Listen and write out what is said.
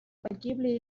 погибли